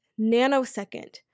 nanosecond